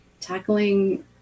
tackling